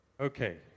Okay